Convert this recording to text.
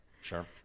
Sure